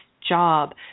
job